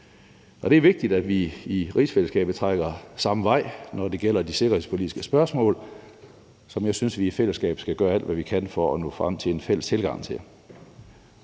Det er vigtigt, at vi i rigsfællesskabet trækker samme vej, når det gælder de sikkerhedspolitiske spørgsmål, som jeg synes vi i fællesskab skal gøre alt, hvad vi kan, for at nå frem til en fælles tilgang til.